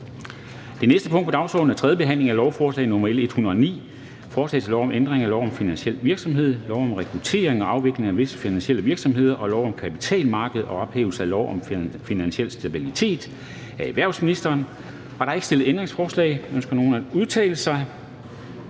Det næste punkt på dagsordenen er: 8) 3. behandling af lovforslag nr. L 109: Forslag til lov om ændring af lov om finansiel virksomhed, lov om restrukturering og afvikling af visse finansielle virksomheder og lov om kapitalmarkeder og om ophævelse af lov om finansiel stabilitet. (Ændringer som følge af revision af kapitalkravsdirektivet